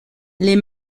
les